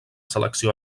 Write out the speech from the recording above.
selecció